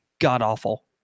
god-awful